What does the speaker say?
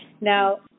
now